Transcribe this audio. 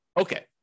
Okay